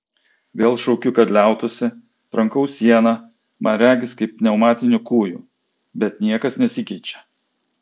vėl šaukiu kad liautųsi trankau sieną man regis kaip pneumatiniu kūju bet niekas nesikeičia